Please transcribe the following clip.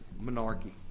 monarchy